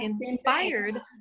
inspired